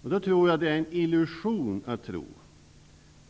Det är enligt min mening, Kenneth Attefors och andra, en illusion att tro